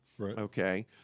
okay